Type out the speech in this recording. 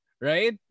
Right